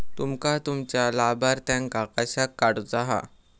तुमका तुमच्या लाभार्थ्यांका कशाक काढुचा हा?